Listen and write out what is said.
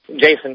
Jason